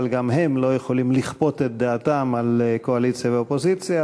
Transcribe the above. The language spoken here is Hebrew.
אבל גם הם לא יכולים לכפות את דעתם על הקואליציה והאופוזיציה.